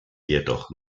jedoch